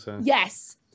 Yes